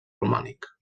romànic